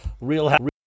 real